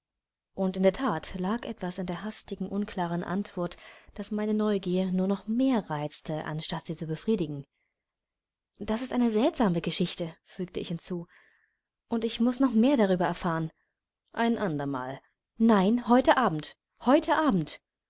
und in der that lag etwas in der hastigen unklaren antwort das meine neugierde nur noch mehr reizte anstatt sie zu befriedigen das ist eine seltsame geschichte fügte ich hinzu und ich muß noch mehr darüber erfahren ein ander mal nein heute abend heute abend